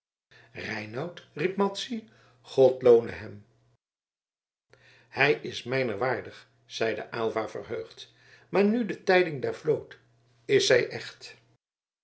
reinout riep madzy god loone hem hij is mijner waardig zeide aylva verheugd maar nu de tijding der vloot is zij echt